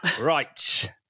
Right